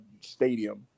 stadium